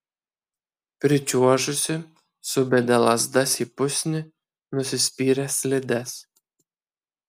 pričiuožusi subedė lazdas į pusnį nusispyrė slides